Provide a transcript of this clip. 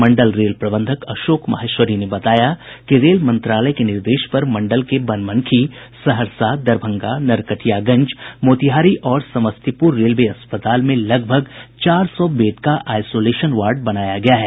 मंडल rail प्रबंधक अशोक माहेश्वरी ने बताया कि रेल मंत्रालय के निर्देश पर मंडल के बनमनखी सहरसा दरभंगा नरकटियागंज मोतिहारी और समस्तीपुर रेलवे अस्पताल में करीब चार सौ बेड का आईसोलेशन वार्ड बनाया गया है